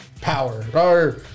power